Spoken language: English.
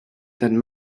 then